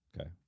Okay